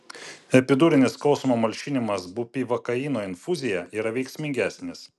epidurinis skausmo malšinimas bupivakaino infuzija yra veiksmingesnis